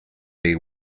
they